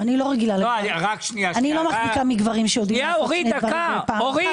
אני לא מחזיקה מגברים שיודעים לעשות שני דברים ביחד.